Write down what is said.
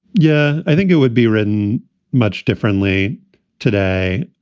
yeah, i think it would be written much differently today.